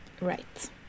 right